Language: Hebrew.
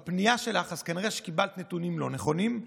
כנראה קיבלת נתונים לא נכונים,